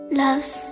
loves